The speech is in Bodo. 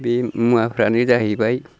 बे मुवाफ्रानो जाहैबाय